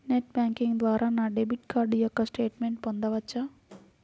Net banking ద్వారా నా debit card యొక్క స్టేట్మెంట్ పొందవచ్చా?